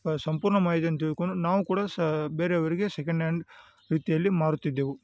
ಸಂಪೂರ್ಣ ಮಾಹಿತಿಯನ್ನು ತಿಳ್ಕೊಂಡು ನಾವು ಕೂಡ ಸ ಬೇರೆ ಅವರಿಗೆ ಸೆಕೆಂಡ್ ಹ್ಯಾಂಡ್ ರೀತಿಯಲ್ಲಿ ಮಾರುತ್ತಿದ್ದೆವು